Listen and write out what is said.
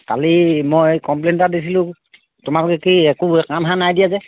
কালি মই কমপ্লেইন এটা দিছিলোঁ তোমালোকে কি একো কামসাৰ নাই দিয়া যে